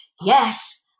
yes